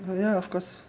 well ya ofcourse